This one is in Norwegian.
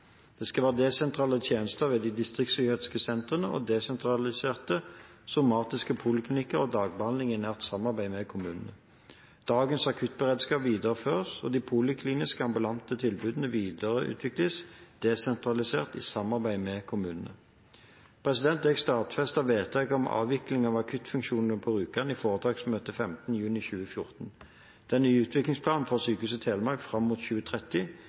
Det skal være desentrale tjenester ved de distriktspsykiatriske sentrene og desentrale, somatiske poliklinikker og dagbehandling i nært samarbeid med kommunene. Dagens akuttberedskap videreføres, og de polikliniske, ambulante tilbudene videreutvikles desentralt i samarbeid med kommunene. Jeg stadfestet vedtaket om avvikling av akuttfunksjonene på Rjukan i foretaksmøtet 5. juni 2014. Den nye utviklingsplanen for Sykehuset Telemark fram mot 2030